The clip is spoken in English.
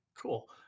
Cool